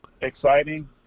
exciting